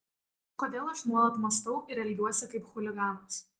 kodėl aš nuolat mąstau ir elgiuosi kaip chuliganas